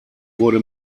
wurde